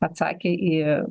atsakė į